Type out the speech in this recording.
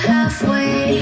Halfway